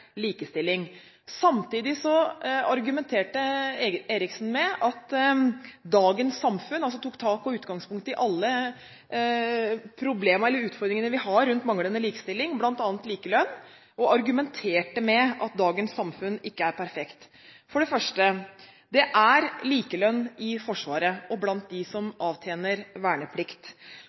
likestilling? Samtidig tok representanten Eriksen utgangspunkt i alle problemer og utfordringen vi har rundt manglende likestilling, bl.a. likelønn, og argumenterte med at dagens samfunn ikke er perfekt. For det første: Det er likelønn i Forsvaret og blant dem som avtjener verneplikt.